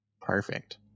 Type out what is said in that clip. perfect